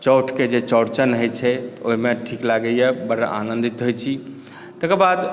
चौठिक जे चौरचन होइ छै ओहिमे ठीक लागैया बड़ा आनन्दित होइ छी तकर बाद